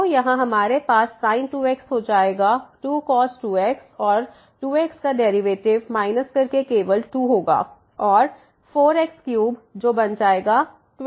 तो यहाँ हमारे पास 2x हो जाएगा 2cos 2x और 2 xका डेरिवेटिव्स माइनस करके केवल 2 होगा और 4 x3 जो बन जाएगा 12 x2